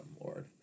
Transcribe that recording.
Lord